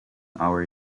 our